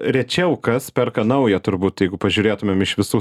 rečiau kas perka naują turbūt jeigu pažiūrėtumėm iš visų